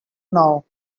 now